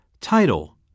Title